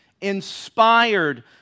inspired